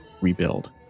rebuild